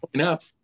up